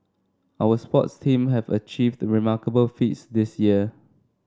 our sports team have achieved remarkable feats this year